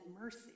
mercy